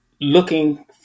looking